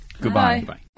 Goodbye